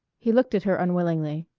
he looked at her unwillingly.